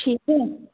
ठीक है